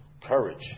courage